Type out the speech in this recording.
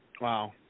wow